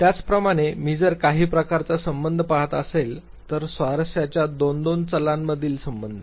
त्याचप्रमाणे मी जर काही प्रकारचा संबंध पहात असेल तर स्वारस्याच्या दोन दोन चलांमधील संबंध